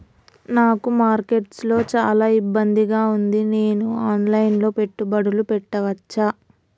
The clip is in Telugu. నాకు మార్కెట్స్ లో చాలా ఇబ్బందిగా ఉంది, నేను ఆన్ లైన్ లో పెట్టుబడులు పెట్టవచ్చా?